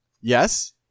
Yes